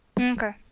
Okay